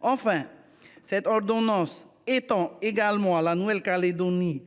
Enfin, cette ordonnance étend également à la Nouvelle Calédonie